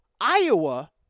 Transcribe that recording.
Iowa